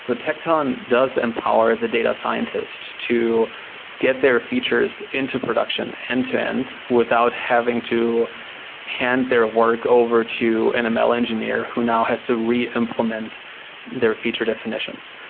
tecton does empower the data scientists to get their features into production end-to-end without having to hand their ah work over to an ml engineer who now has to re-implement their future definitions.